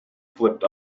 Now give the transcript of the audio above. flipped